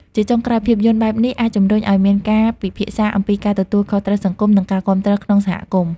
ជាចុងក្រោយ ភាពយន្តបែបនេះអាចជំរុញឲ្យមានការពិភាក្សាអំពីការទទួលខុសត្រូវសង្គម និងការគាំទ្រក្នុងសហគមន៍។